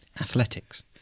Athletics